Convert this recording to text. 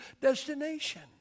destination